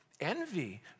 Envy